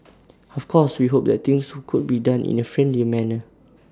of course we hope that things could be done in A friendlier manner